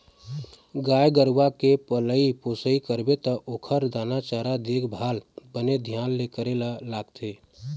गाय गरूवा के पलई पोसई करबे त ओखर दाना चारा, देखभाल बने धियान ले करे ल लागथे